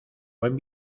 buen